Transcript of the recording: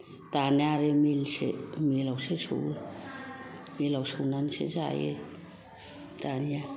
दाना आरो मिलसो मिलावसो मिलावसो सौवो मिलाव सौनानैसो जायो दानिया